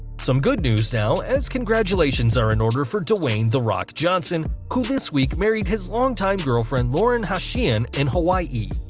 some good news now, as congra tulations are in order for dwayne the rock johnson, who this week married his long time girlfriend lauren hashian in hawaii.